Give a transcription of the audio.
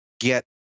get